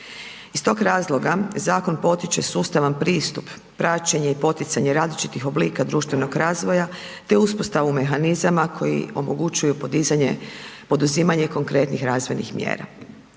Iz tog razloga zakon potiče sustavan pristup, praćenje i poticanje različitih oblika društvenog razvoja te uspostavu mehanizama koji omogućuju poduzimanje konkretnih razvojnih mjera.